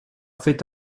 fait